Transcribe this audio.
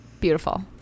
Beautiful